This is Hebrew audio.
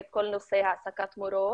לכל נושא העסקת מורות.